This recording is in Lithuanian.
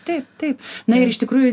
taip taip na ir iš tikrųjų